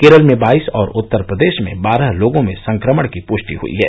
केरल में बाईस और उत्तर प्रदेश में बारह लोगों में संक्रमण की पुष्टि हुई है